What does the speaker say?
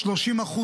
30%,